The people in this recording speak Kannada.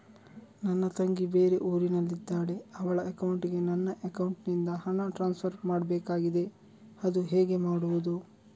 ನನ್ನ ತಂಗಿ ಬೇರೆ ಊರಿನಲ್ಲಿದಾಳೆ, ಅವಳ ಅಕೌಂಟಿಗೆ ನನ್ನ ಅಕೌಂಟಿನಿಂದ ಹಣ ಟ್ರಾನ್ಸ್ಫರ್ ಮಾಡ್ಬೇಕಾಗಿದೆ, ಅದು ಹೇಗೆ ಮಾಡುವುದು?